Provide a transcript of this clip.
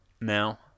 now